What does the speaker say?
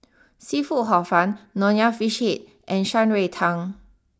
Seafood Hor fun Nonya Fish Head and Shan Rui Tang